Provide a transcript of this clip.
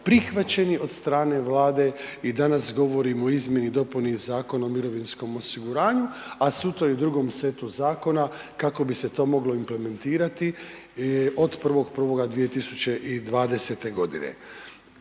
prihvaćeni od strane Vlade i danas govorimo o izmjeni i dopuni Zakona o mirovinskom osiguranju a sutra u drugom setu zakona kako bi se to moglo implementirati od 1. 1. 2020. godine.